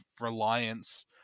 reliance